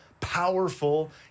powerful